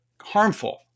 harmful